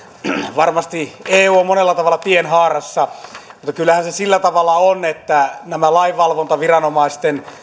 varmasti eu on monella tavalla tienhaarassa mutta kyllähän se sillä tavalla on että näiden lainvalvontaviranomaisten